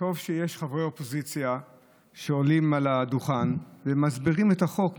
טוב שיש חברי אופוזיציה שעולים על הדוכן ומסבירים את החוק,